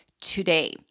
today